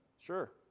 Sure